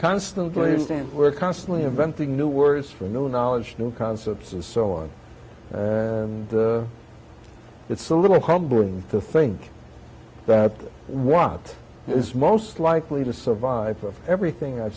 constantly stand we're constantly inventing new words for new knowledge new concepts and so on it's a little humbling to think that what is most likely to survive everything i